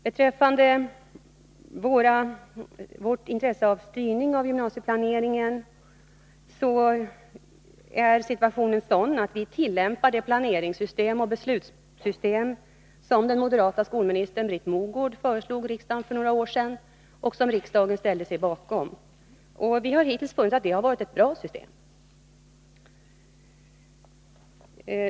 Beträffande vårt intresse av styrning av gymnasieplaneringen är situationen sådan att vi tillämpar det planeringssystem och det beslutssystem som den moderata skolministern Britt Mogård föreslog riksdagen för några år sedan och som riksdagen ställde sig bakom. Vi har hittills funnit att det har varit ett bra system.